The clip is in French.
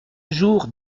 jours